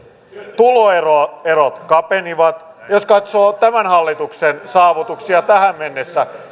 tuloerot tuloerot kapenivat jos katsoo tämän hallituksen saavutuksia tähän mennessä